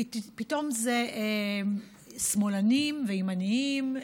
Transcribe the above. פתאום זה שמאלנים וימנים,